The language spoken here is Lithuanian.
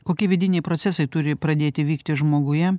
kokie vidiniai procesai turi pradėti vykti žmoguje